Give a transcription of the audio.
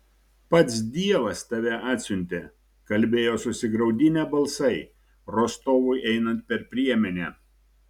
pats dievas tave atsiuntė kalbėjo susigraudinę balsai rostovui einant per priemenę